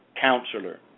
Counselor